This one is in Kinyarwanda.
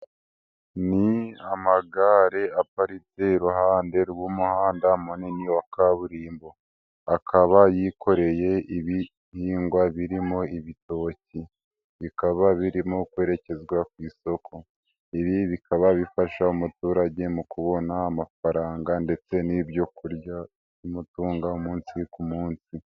Ni amagare aparitse iruhande rw'umuhanda munini wa kaburimbo akaba yikoreye ibihingwa birimo ibitoki bikaba birimo kwerekezwa ku isoko, ibi bikaba bifasha umuturage mu kubona amafaranga ndetse n'ibyo kurya bimutunga umunsi ku munsi.